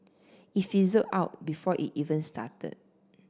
it fizzled out before it even started